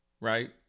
right